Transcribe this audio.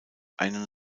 einen